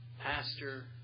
Pastor